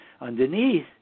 underneath